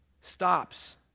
stops